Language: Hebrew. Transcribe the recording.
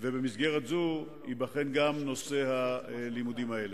ובמסגרת זו ייבחן גם נושא הלימודים האלה.